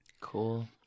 Cool